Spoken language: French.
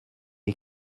est